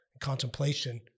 Contemplation